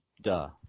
duh